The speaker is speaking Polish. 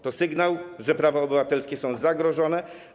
To sygnał, że prawa obywatelskie są zagrożone.